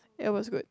it was good